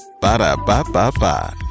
Ba-da-ba-ba-ba